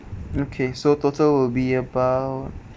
okay so total will be about